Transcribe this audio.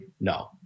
No